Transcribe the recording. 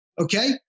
Okay